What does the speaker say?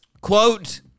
Quote